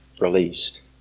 released